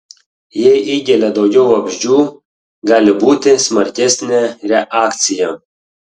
jei įgelia daugiau vabzdžių gali būti smarkesnė reakcija